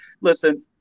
Listen